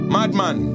Madman